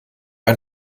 ein